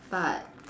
but